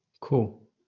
Cool